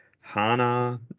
HANA